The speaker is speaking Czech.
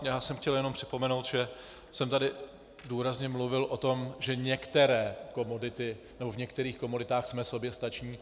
Já jsem chtěl jenom připomenout, že jsem tady důrazně mluvil o tom, že některé komodity nebo v některých komoditách jsme soběstační.